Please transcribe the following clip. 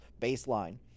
baseline